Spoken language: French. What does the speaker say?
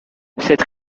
cette